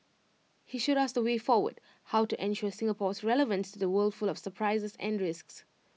he showed us the way forward how to ensure Singapore's relevance to the world full of surprises and risks